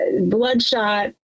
bloodshot